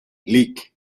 lic